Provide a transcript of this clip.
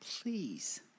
please